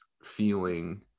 feeling